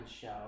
show